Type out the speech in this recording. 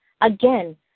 Again